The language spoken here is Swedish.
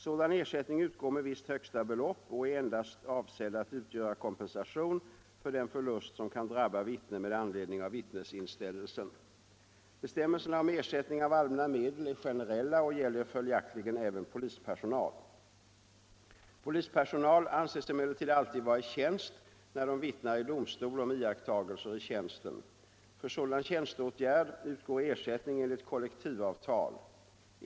Sådan ersättning utgår med visst högsta belopp och är endast avsedd att utgöra kompensation för den förlust som kan drabba vittne med anledning av vittnesinställelsen. Bestämmelserna om ersättning av allmänna medel är generella och gäller följaktligen även polispersonal. Polispersonal anses emellertid alltid vara i tjänst när den vittnar i domstol om iakttagelser i tjänsten. För sådan tjänsteåtgärd utgår ersättning enligt kollektivavtal.